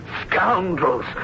scoundrels